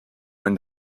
and